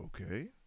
okay